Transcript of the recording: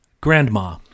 Grandma